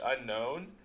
unknown